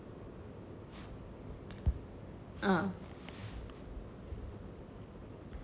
ah